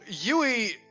Yui